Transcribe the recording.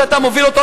שאתה מוביל אותו,